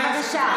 בבקשה.